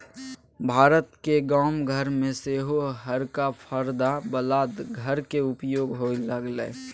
भारतक गाम घर मे सेहो हरका परदा बला घरक उपयोग होए लागलै